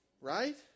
Right